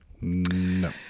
no